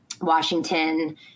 Washington